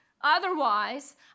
Otherwise